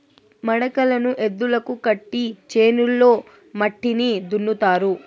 మడకలను ఎద్దులకు కట్టి చేనులో మట్టిని దున్నుతారు